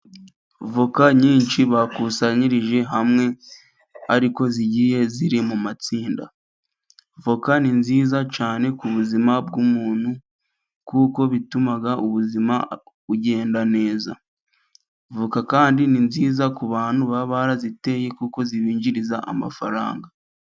Voka nyinshi bakusanyirije hamwe, ariko zigiye ziri mu matsinda. Voka ni nziza cyane ku buzima bw'umuntu ,kuko bituma ubuzima bugenda neza ,voka kandi ni nziza ku bantu baba baraziteye, kuko zibinjiriza amafaranga.